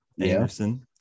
Anderson